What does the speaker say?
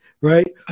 Right